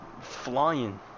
flying